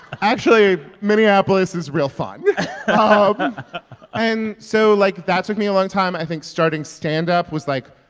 actually, minneapolis is real fun and so, like, that took me a long time. i think starting stand-up was, like,